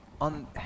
on